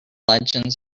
legends